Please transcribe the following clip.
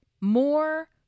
more